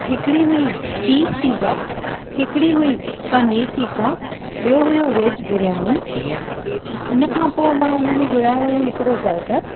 हिकिड़ी हुई cheese pizza हिकिड़ी हुई पनीर टिक्का ॿियो हुयो वैज बिरयानी हुन खां पोइ मां हुन में घुरायो हुयो हिकिड़ो बर्गर